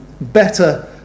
Better